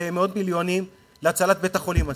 מאות מיליונים להצלת בית-החולים הזה,